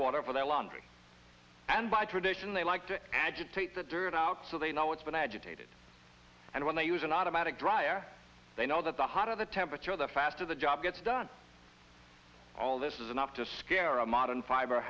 water for their laundry and by tradition they like to agitate the dirt out so they know it's been agitated and when they use an automatic dry air they know that the hot of the temperature the faster the job gets done all this is enough to scare a modern fi